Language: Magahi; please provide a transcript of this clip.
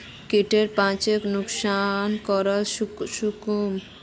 कीटेर पहचान कुंसम करे करूम?